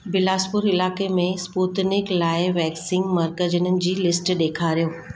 बिलासपुर इलाइक़े में स्पूतनिक लाय वैक्सीन मर्कज़नि जी लिस्ट ॾेखारियो